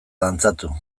dantzatu